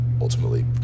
ultimately